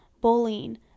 bullying